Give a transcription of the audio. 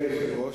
אדוני היושב-ראש,